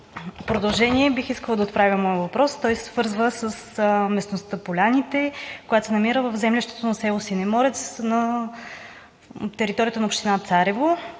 продължение бих искала да отправя моя въпрос. Той се свързва с местността „Поляните“, която се намира в землището на село Синеморец на територията на община Царево.